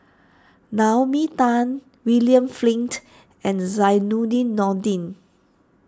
Naomi Tan William Flint and Zainudin Nordin